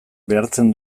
behartzen